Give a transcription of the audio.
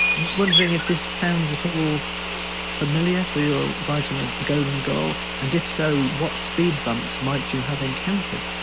i'm just wondering if this sounds at all familiar for your writing of the, golem girl? and if so, what speed bumps might you have encountered?